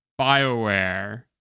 Bioware